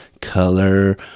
color